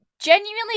Genuinely